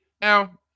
Now